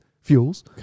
fuels